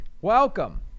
Welcome